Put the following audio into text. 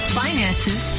finances